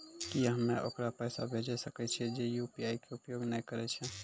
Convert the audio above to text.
की हम्मय ओकरा पैसा भेजै सकय छियै जे यु.पी.आई के उपयोग नए करे छै?